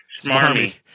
Smarmy